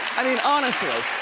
i mean honestly.